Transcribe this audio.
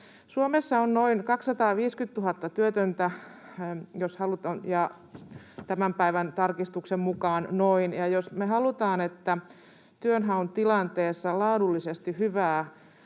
Suomessa on noin 250 000 työtöntä tämän päivän tarkistuksen mukaan, ja jos me halutaan työnhaun tilanteessa laadullisesti hyvää